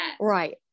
Right